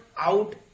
out